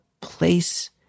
place